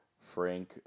Frank